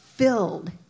filled